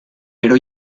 pero